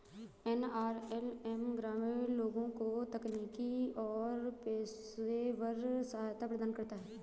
NRLM ग्रामीण लोगों को तकनीकी और पेशेवर सहायता प्रदान करता है